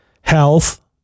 Health